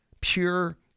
pure